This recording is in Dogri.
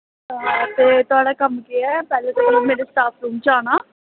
ते तोआढ़ा कम्म केह् ऐ पैह्लें तुसें मेरे स्टाफ कोल जाना